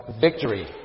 victory